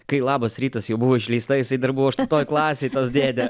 kai labas rytas jau buvo išleista jisai dar buvo aštuntoj klasėj tas dėdė